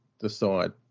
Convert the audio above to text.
decide